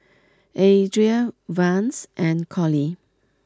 Adria Vance and Collie